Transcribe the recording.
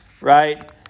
right